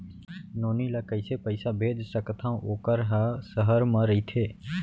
नोनी ल कइसे पइसा भेज सकथव वोकर ह सहर म रइथे?